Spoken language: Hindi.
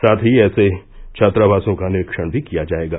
साथ ही ऐसे छात्रावासों का निरीक्षण भी किया जाएगा